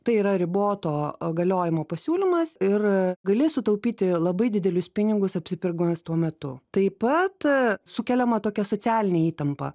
tai yra riboto galiojimo pasiūlymas ir gali sutaupyti labai didelius pinigus apsipirkdamas tuo metu taip pat sukeliama tokia socialinė įtampa